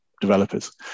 developers